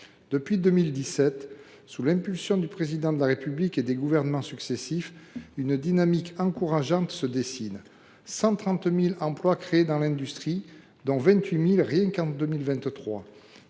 Depuis 2017, sous l’impulsion du Président de la République et des gouvernements successifs, une dynamique encourageante se dessine. Ainsi, 130 000 emplois ont été créés dans l’industrie, dont 28 000 pour la